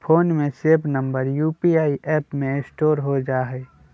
phone में save number UPI app में store हो जा हई